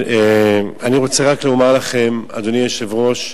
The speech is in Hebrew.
אני רוצה לומר לכם, אדוני היושב-ראש,